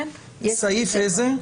סעיף איזה?